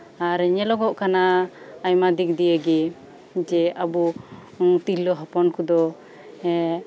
ᱟᱨ ᱧᱮᱞᱚᱜᱚᱜ ᱠᱟᱱᱟ ᱟᱭᱢᱟ ᱫᱤᱠ ᱫᱤᱭᱮ ᱜᱮ ᱡᱮ ᱟᱵᱚ ᱛᱤᱨᱞᱟᱹ ᱦᱚᱯᱚᱱ ᱠᱚᱫᱚ ᱮᱸᱫ